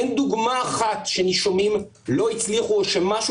אין דוגמה אחת שנישומים לא הצליחו או משהו